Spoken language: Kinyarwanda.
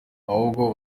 ahubwo